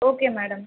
okay madam